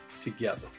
together